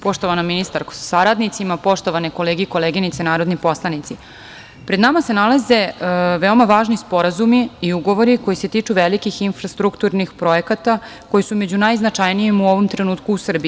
Poštovana ministarko sa saradnicima, poštovane kolege i koleginice narodni poslanici, pred nama se nalaze veoma važni sporazumi i ugovori koji se tiču velikih infrastrukturnih projekata koji su među najznačajnijim u ovom trenutku u Srbiji.